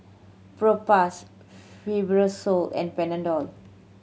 Propass Fibrosol and Panadol